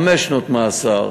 חמש שנות מאסר.